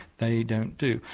they don't do.